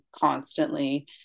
constantly